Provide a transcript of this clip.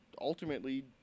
ultimately